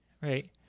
right